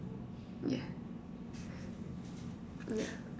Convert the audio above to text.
yeah